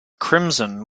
crimson